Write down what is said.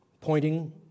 pointing